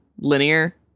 linear